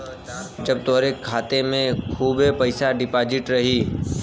जब तोहरे खाते मे खूबे पइसा डिपोज़िट रही